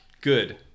Good